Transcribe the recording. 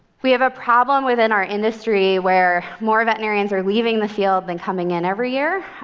we have a problem within our industry where more veterinarians are leaving the field than coming in every year.